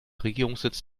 regierungssitz